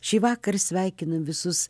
šįvakar sveikinu visus